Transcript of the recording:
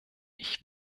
ich